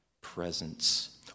presence